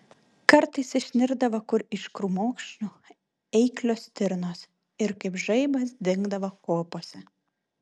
kartais išnirdavo kur iš krūmokšnių eiklios stirnos ir kaip žaibas dingdavo kopose